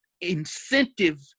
incentive